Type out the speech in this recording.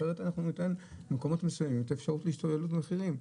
אחרת אנחנו ניתן במקומות מסוימים את האפשרות להשתוללות מחירים.